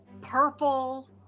purple